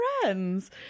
friends